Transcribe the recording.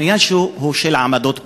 העניין הוא של עמדות פוליטיות.